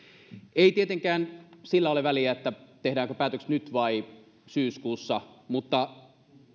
ei tietenkään sillä ole väliä tehdäänkö päätökset nyt vai syyskuussa mutta